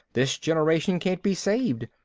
this generation can't be saved,